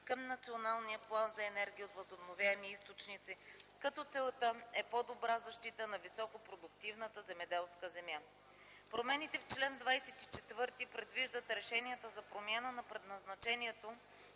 към Националния план за енергията от възобновяеми източници, като целта е по-добра защита на високопродуктивната земеделска земя. Промените в чл. 24 предвиждат решенията за промяна на предназначението